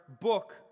book